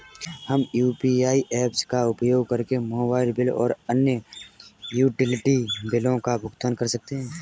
हम UPI apps का उपयोग करके मोबाइल बिल और अन्य यूटिलिटी बिलों का भुगतान कर सकते हैं